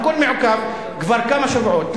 הכול מעוכב כבר כמה שבועות.